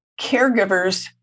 caregivers